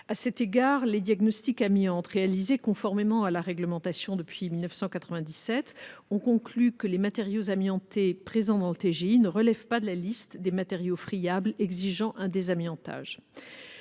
À cet égard, les diagnostics amiante réalisés conformément à la réglementation depuis 1997 ont conclu que les matériaux amiantés présents dans le bâtiment ne relèvent pas de la liste des matériaux friables exigeant un désamiantage.